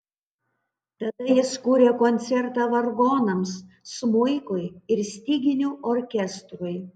tada jis kūrė koncertą vargonams smuikui ir styginių orkestrui